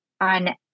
on